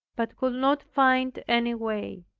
but could not find any way.